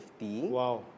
Wow